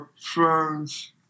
friends